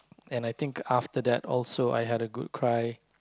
and I think after that also I had a good cry